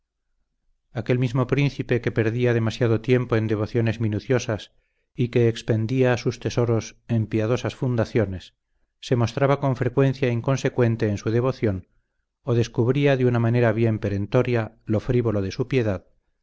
aquel mismo príncipe que perdía demasiado tiempo en devociones minuciosas y que expendía sus tesoros en piadosas fundaciones se mostraba con frecuencia inconsecuente en su devoción o descubría de una manera bien perentoria lo frívolo de su piedad